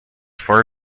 for